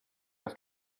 have